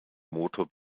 motor